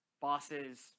bosses